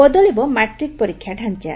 ବଦଳିବ ମାଟ୍ରିକ୍ ପରୀକ୍ଷା ଢାଞା